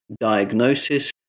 diagnosis